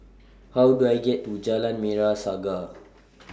How Do I get to Jalan Merah Saga